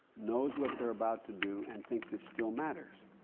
knows what they're about to do, and thinks it still matters.